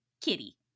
kitty